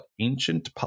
ancient